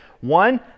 One